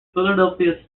philadelphia